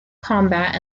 combat